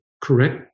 correct